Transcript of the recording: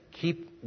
keep